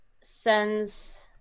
sends